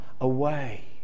away